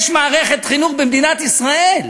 יש מערכת חינוך במדינת ישראל,